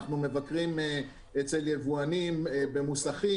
אנחנו מבקרים אצל יבואנים במוסכים.